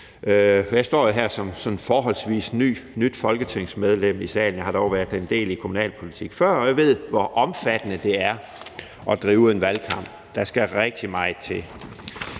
jeg står her i salen som sådan forholdsvis nyvalgt folketingsmedlem – jeg har dog været en del i kommunalpolitik før, og jeg ved, hvor omfattende det er at drive en valgkamp. Der skal rigtig meget til.